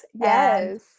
Yes